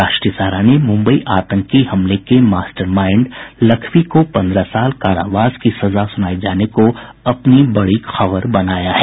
राष्ट्रीय सहारा ने मुम्बई आंतकी हमले के मास्टर माइंड लखवी को पंद्रह साल कारावास की सजा सुनाये जाने को अपनी बड़ी खबर बनाया है